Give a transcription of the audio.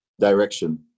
direction